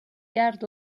گرد